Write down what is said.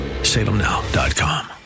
SalemNow.com